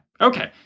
Okay